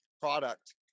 product